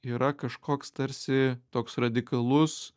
yra kažkoks tarsi toks radikalus